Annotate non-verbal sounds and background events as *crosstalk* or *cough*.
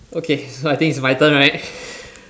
okay so I think it's my turn right *breath*